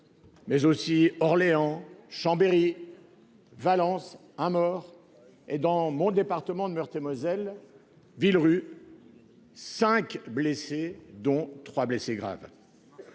Mais aussi. Orléans Chambéry. Valence à mort et dans mon département de Meurthe-et-Moselle ville rue. 5 blessés dont 3 blessés graves.